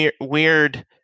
weird